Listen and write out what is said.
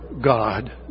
God